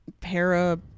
para